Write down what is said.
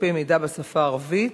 דפי מידע בשפה הערבית,